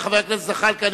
חבר הכנסת זחאלקה,